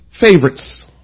favorites